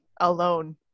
alone